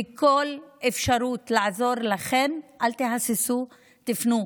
וכל אפשרות לעזור לכן, אל תהססו, תפנו.